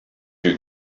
you